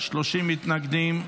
30 מתנגדים.